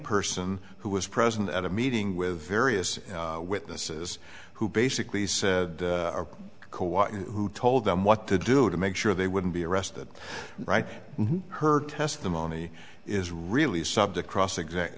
person who was present at a meeting with various witnesses who basically said who told them what to do to make sure they wouldn't be arrested right her testimony is really subject cross exact